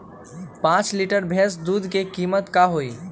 पाँच लीटर भेस दूध के कीमत का होई?